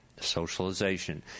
socialization